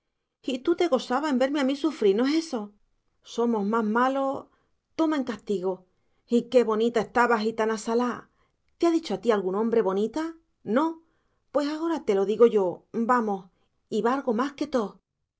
y tú te gosabas en verme a mí sufrir no es eso somos más malos toma en castigo y qué bonita estabas gitana salá te ha dicho a ti algún hombre bonita no pues ahora te lo digo yo vamos y valgo más que toos